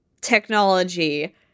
technology